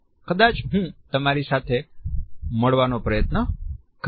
કદાચ હું તમારી સાથે મળવાનો પ્રયત્ન કરીશ